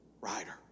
rider